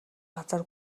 газар